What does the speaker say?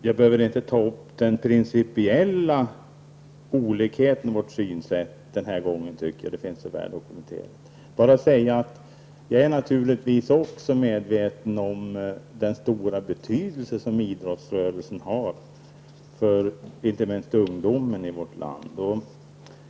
Jag behöver inte ta upp den principiella olikheten i vårt synsätt den här gången, tycker jag, för det finns så väl dokumenterat. Låt mig säga att jag naturligtvis också är medveten om den stora betydelse som idrottsrörelsen har för inte minst ungdomen i vårt land.